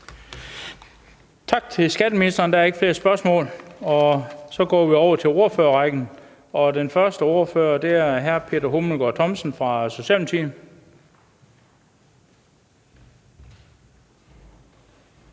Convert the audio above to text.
Tak til skatteministeren. Der er ikke flere spørgsmål. Så går vi over til ordførerrækken, og den første ordfører er hr. Peter Hummelgaard Thomsen fra Socialdemokratiet.